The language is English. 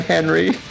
Henry